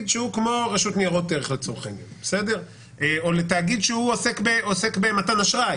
שהוא כמו רשות ניירות ערך או לתאגיד שעוסק במתן אשראי.